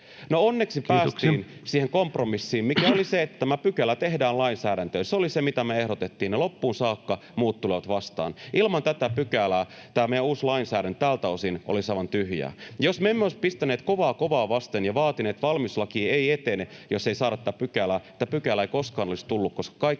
Onneksi päästiin siihen kompromissiin, mikä oli se, että tämä pykälä tehdään lainsäädäntöön. Se oli se, mitä me ehdotettiin, ja loppuun saakka muut tulivat vastaan. Ilman tätä pykälää tämä meidän uusi lainsäädäntö tältä osin olisi aivan tyhjää. Jos me emme olisi pistäneet kovaa kovaa vasten ja vaatineet, että valmiuslaki ei etene, jos ei saada tätä pykälää, tätä pykälää ei koskaan olisi tullut, koska kaikki